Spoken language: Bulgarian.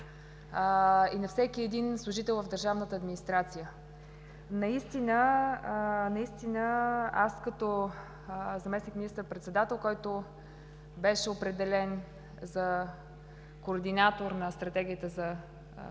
и на всеки един служител в държавната администрация. Наистина, аз като заместник министър-председател, който беше определен за координатор на стратегията за